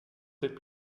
cette